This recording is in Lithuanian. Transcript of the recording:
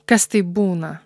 kas tai būna